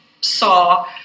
saw